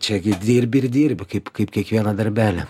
čiagi dirbi ir dirbi kaip kaip kiekvieną darbelį